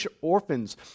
orphans